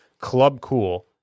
clubcool